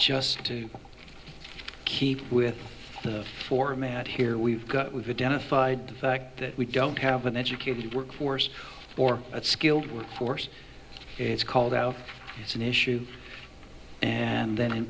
just to keep with the format here we've got we've identified fact that we don't have an educated workforce for a skilled workforce it's called out it's an issue and then